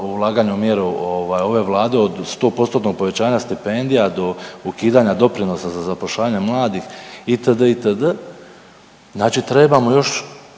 ulaganju u mjeru ovaj ove Vlade od 100 postotnog povećanja stipendija do ukidanja doprinosa za zapošljavanje mladih, itd.,